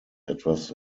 etwas